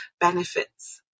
benefits